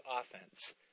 offense